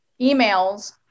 emails